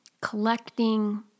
collecting